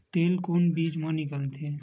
तेल कोन बीज मा निकलथे?